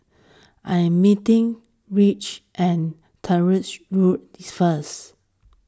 I am meeting Erich at Tyrwhitt Road first